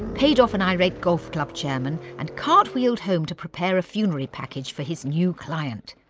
paid off an irate golf club chairman, and cartwheeled home to prepare a funerary package for his new client.